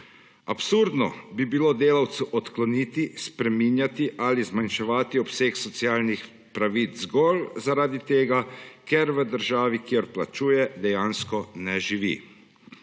Absurdno bi bilo delavcu odkloniti, spreminjati ali zmanjševati obseg socialnih pravic zgolj zaradi tega, ker v državi, kjer plačuje, dejansko ne živi.